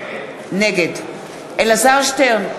נגד אלעזר שטרן,